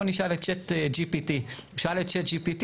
בוא נשאל את צ'ט GPT. הוא שאל את צ'טGPT